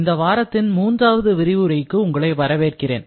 இந்த வாரத்தின் மூன்றாவது விரிவுரைக்கு உங்களை வரவேற்கிறேன்